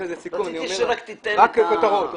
רק בכותרות.